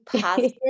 positive